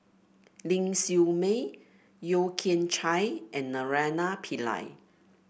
Ling Siew May Yeo Kian Chye and Naraina Pillai